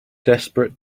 desperate